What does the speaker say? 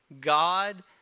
God